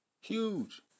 Huge